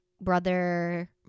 brother